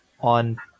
on